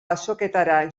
azoketara